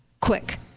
quick